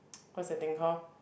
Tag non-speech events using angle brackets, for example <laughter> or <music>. <noise> what's the thing call